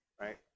right